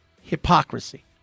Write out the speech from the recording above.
Hypocrisy